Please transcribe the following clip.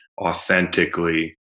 authentically